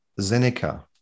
Zeneca